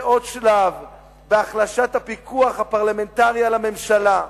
זה עוד שלב בהחלשת הפיקוח הפרלמנטרי על הממשלה.